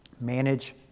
manage